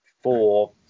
four